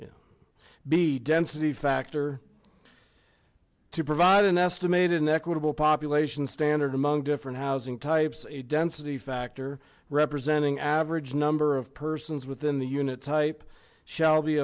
know be density factor to provide an estimated an equitable population standard among different housing types a density factor representing average number of persons within the unit type shall be